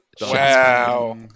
Wow